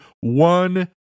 one